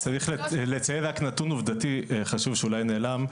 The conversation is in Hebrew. צריך לציין רק נתון עובדתי חשוב שאולי נעלם: